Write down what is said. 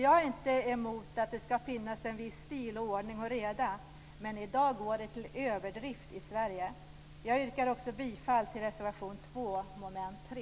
Jag är inte emot att det ska finnas en viss stil, ordning och reda, men i dag går det till överdrift i Sverige. Jag yrkar bifall till reservation 2 under mom. 3.